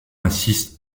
insistent